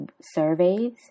surveys